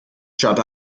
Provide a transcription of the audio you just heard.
shut